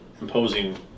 imposing